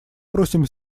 просим